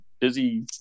busy